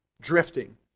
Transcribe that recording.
drifting